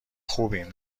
خوبیم